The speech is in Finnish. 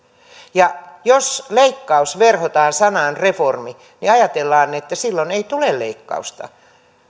ja jos leikkaus verhotaan sanaan reformi niin ajatellaan että silloin ei tule leikkausta